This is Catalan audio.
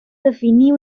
definir